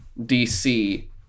dc